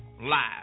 Live